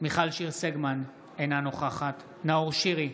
מיכל שיר סגמן, אינה נוכחת נאור שירי,